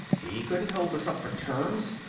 he couldn't hold us up for terms!